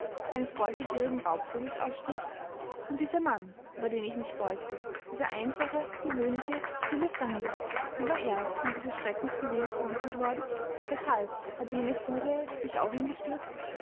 eines beutegierigen raubvogels ausstieß und dieser mann über den ich mich beugte dieser einfache gewöhnliche stille fremde wie war er in dieses schreckensgewebe verwickelt worden weshalb hatte jene furie sich auf ihn gestürzt